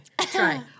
try